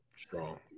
Strong